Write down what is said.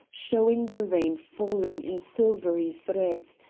showing the rain falling in silvery threads,